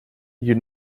you